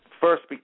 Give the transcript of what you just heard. first